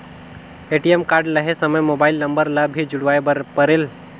ATM card लहे समय mobile number ला भी जुड़वाए बर परेल?